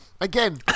Again